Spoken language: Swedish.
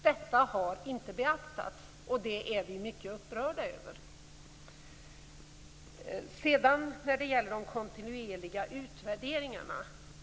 Det har inte beaktats, och det är vi mycket upprörda över.